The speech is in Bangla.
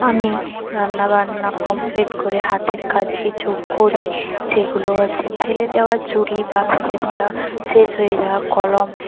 আমি রান্নাবান্না কমপ্লিট করে হাতের কাজ কিছু করি যেগুলো হচ্ছে ফেলে দেওয়া জরি বা ফেলে দেওয়া শেষ হয়ে যাওয়া কলম